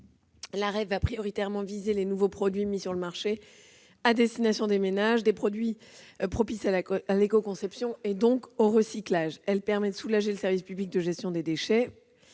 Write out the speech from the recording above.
La REP va prioritairement viser les nouveaux produits mis sur le marché à destination des ménages, produits propices à l'éco-conception et donc au recyclage. Cela permettra de soulager le service public de gestion de certains déchets.